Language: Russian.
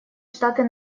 штаты